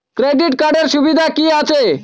Credit কার্ডের সুবিধা কি আছে?